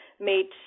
meet